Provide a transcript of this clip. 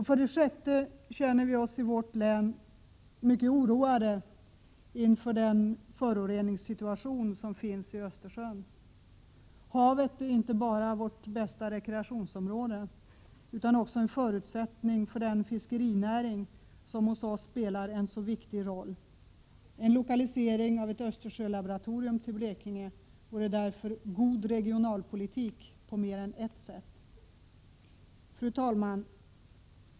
För det sjätte känner vi i vårt län stor oro över föroreningssituationen i Östersjön. Havet är inte bara vårt bästa rekreationsområde utan också en förutsättning för den fiskerinäring som hos oss spelar en så viktig roll. En lokalisering av ett Östersjölaboratorium till Blekinge vore därför god regionalpolitik på mer än ett sätt. Fru talman!